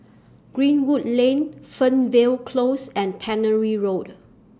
Greenwood Lane Fernvale Close and Tannery Road